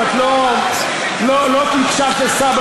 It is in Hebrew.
אל תסתבך.